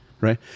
Right